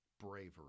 bravery